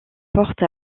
porte